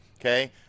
Okay